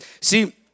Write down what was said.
See